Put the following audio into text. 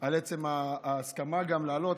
גם על עצם ההסכמה להעלות.